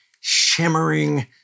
shimmering